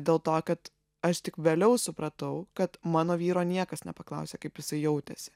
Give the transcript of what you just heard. dėl to kad aš tik vėliau supratau kad mano vyro niekas nepaklausė kaip jisai jautėsi